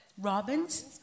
Robins